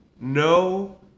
No